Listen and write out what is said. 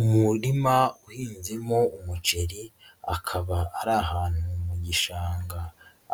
Umurima uhinzemo umuceri akaba ari ahantu mu gishanga